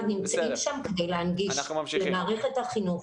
נמצאים שם כדי להנגיש את מערכת החינוך.